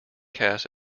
cast